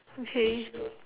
okay